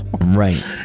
right